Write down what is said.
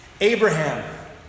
Abraham